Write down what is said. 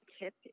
tip